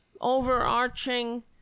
overarching